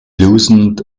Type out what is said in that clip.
loosened